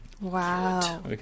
Wow